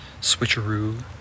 switcheroo